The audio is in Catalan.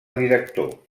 director